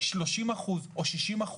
30% או 60%,